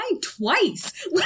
twice